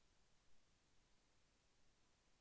నా బ్యాంక్ ఖాతాని ఇంటర్నెట్ బ్యాంకింగ్గా మార్చగలరా?